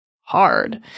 hard